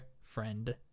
friend